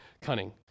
cunning